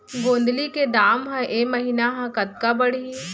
गोंदली के दाम ह ऐ महीना ह कतका बढ़ही?